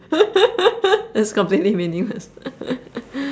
that's completely meaningless